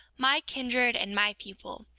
my kindred and my people,